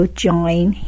join